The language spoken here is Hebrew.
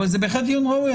אבל זה בהחלט דיון ראוי,